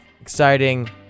exciting